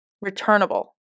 returnable